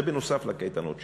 זה נוסף על הקייטנות שציינתי.